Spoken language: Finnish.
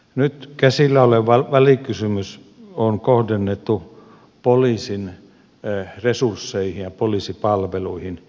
nyt käsillä oleva välikysymys on kohdennettu poliisin resursseihin ja poliisipalveluihin